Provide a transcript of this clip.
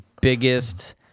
biggest